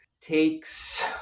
takes